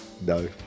no